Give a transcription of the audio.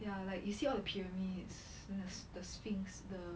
ya like you see all the pyramids as the sphinx the